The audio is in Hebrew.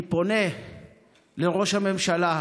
אני פונה לראש הממשלה,